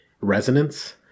resonance